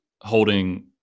holding